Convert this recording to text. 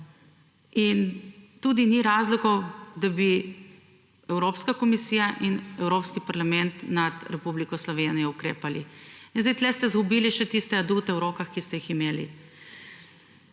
In, tudi ni razlogov, da bi Evropska komisija in Evropski parlament nad Republiko Slovenijo ukrepali. In zdaj tu ste izgubili še tiste adute v rokah, ki ste jih imeli.